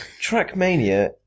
Trackmania